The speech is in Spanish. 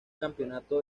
campeonato